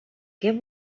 què